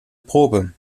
probe